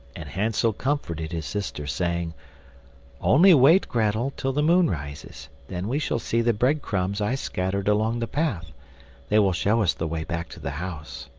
and hansel comforted his sister, saying only wait, grettel, till the moon rises, then we shall see the bread-crumbs i scattered along the path they will show us the way back to the house.